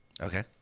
Okay